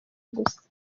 gusa